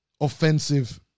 offensive